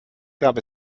gab